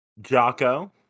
jocko